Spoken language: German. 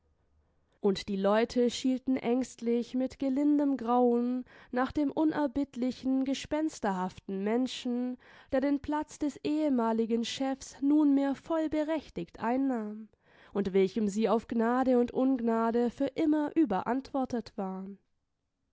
und die leute schielten ängstlich mit gelindem grauen nach dem unerbittlichen gespensterhaften menschen der den platz des ehemaligen chefs nunmehr vollberechtigt einnahm und welchem sie auf gnade und ungnade für immer überantwortet waren